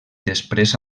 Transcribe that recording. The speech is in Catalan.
després